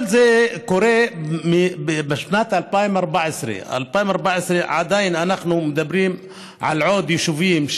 כל זה קרה בשנת 2014. 2014. ועדיין אנחנו מדברים על עוד יישובים,